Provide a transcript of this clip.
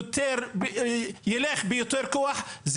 ילך ביותר כוח,